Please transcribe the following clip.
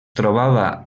trobava